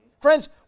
Friends